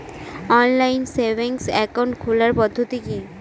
Online savings account খোলার পদ্ধতি কি?